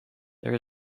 there